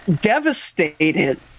devastated